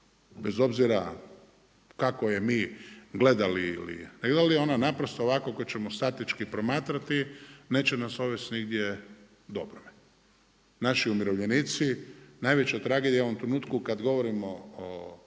bez obzira kako je mi gledali ili ne gledali, ona naprosto ovako ako ćemo statički promatrati neće nas odvesti nigdje dobrome. Naši umirovljenici, najveća tragedija u ovom trenutku kada govorimo o